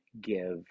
give